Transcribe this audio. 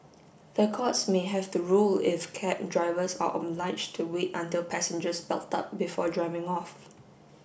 the courts may have to rule if cab drivers are obliged to wait until passengers belt up before driving off